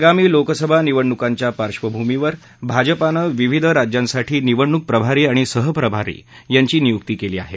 आगामी लोकसभा निवडणुकांच्या पार्श्वभूमीवर भाजपानं विविध राज्यांसाठी निवडणूक प्रभारी आणि सहप्रभागी यांची नियुक्ती केली आहे